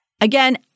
Again